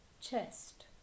Chest